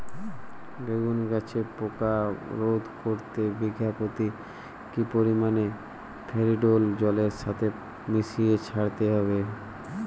বেগুন গাছে পোকা রোধ করতে বিঘা পতি কি পরিমাণে ফেরিডোল জলের সাথে মিশিয়ে ছড়াতে হবে?